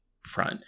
front